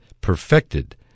perfected